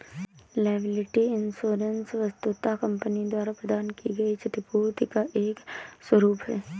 liability insurance वस्तुतः company द्वारा प्रदान की गई क्षतिपूर्ति का एक स्वरूप है